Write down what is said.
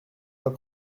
pas